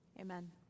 amen